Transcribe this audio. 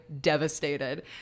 devastated